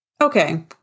Okay